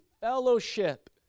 fellowship